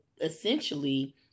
essentially